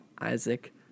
Isaac